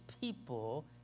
people